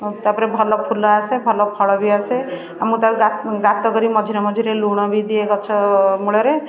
ଆଉ ତା'ପରେ ଭଲ ଫୁଲ ଆସେ ଭଲ ଫଳ ବି ଆସେ ଆଉ ମୁଁ ତାକୁ ଗା ଗାତ କରି ମଝିରେ ମଝିରେ ଲୁଣ ବି ଦିଏ ଗଛ ମୂଳରେ